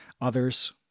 Others